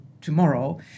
tomorrow